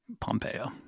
Pompeo